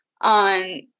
on